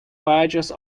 purchase